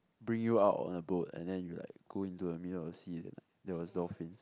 bring you out on the boat and then you like go into the middle of the sea then there was dolphins